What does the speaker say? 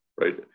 right